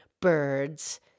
birds